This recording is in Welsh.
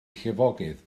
llifogydd